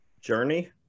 journey